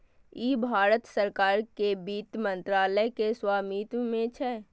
ई भारत सरकार के वित्त मंत्रालय के स्वामित्व मे छै